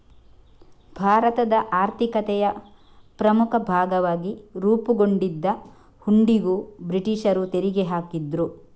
ಭಾರತದ ಆರ್ಥಿಕತೆಯ ಪ್ರಮುಖ ಭಾಗವಾಗಿ ರೂಪುಗೊಂಡಿದ್ದ ಹುಂಡಿಗೂ ಬ್ರಿಟೀಷರು ತೆರಿಗೆ ಹಾಕಿದ್ರು